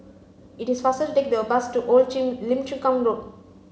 it is faster to take the bus to Old Lim Chu Kang Road